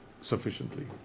sufficiently